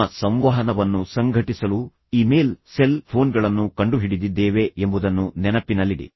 ನಮ್ಮ ಸಂವಹನವನ್ನು ಸಂಘಟಿಸಲು ಇಮೇಲ್ ಸೆಲ್ ಫೋನ್ಗಳನ್ನು ಕಂಡುಹಿಡಿದಿದ್ದೇವೆ ಎಂಬುದನ್ನು ನೆನಪಿನಲ್ಲಿಡಿ